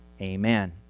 Amen